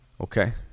Okay